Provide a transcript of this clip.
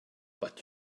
but